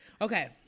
Okay